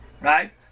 right